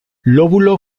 lóbulo